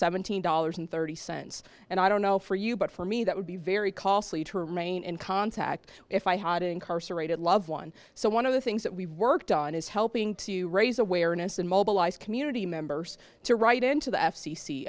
thousand dollars and thirty cents and i don't know for you but for me that would be very costly to remain in contact if i had incarcerated loved one so one of the things that we worked on is helping to raise awareness and mobilize community members to write in to the f